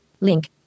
link